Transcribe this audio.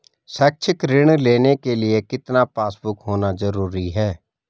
शैक्षिक ऋण लेने के लिए कितना पासबुक होना जरूरी है?